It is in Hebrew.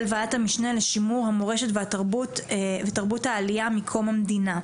ועדת המשנה לשימור המורשת ותרבות העלייה מקום המדינה.